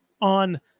on